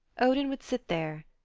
odin would sit there,